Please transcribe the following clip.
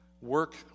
work